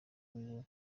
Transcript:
wiwe